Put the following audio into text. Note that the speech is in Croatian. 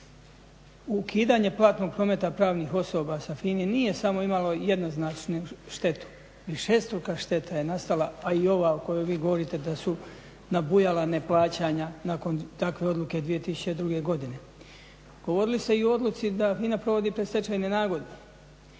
Ukidanje platnog prometa pravnih osoba sa FINA-om nije samo imalo jednoznačnu štetu. Višestruka šteta je nastala, a i ova o kojoj vi govorite da su nabujala neplaćanja nakon takve odluke 2002. godine. Govorili ste i o odluci da FINA provodi predstečajne nagodbe,